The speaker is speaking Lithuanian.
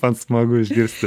man smagu išgirsti